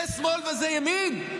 זה שמאל וזה ימין?